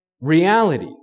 reality